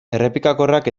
errepikakorrak